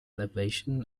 elevation